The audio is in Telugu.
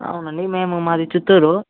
అవునండి మేము మాది చిత్తూరు